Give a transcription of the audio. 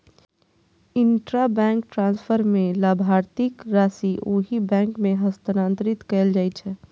intrabank transfer मे लाभार्थीक राशि ओहि बैंक मे हस्तांतरित कैल जाइ छै